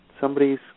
somebody's